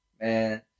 man